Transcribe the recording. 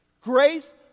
Grace